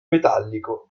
metallico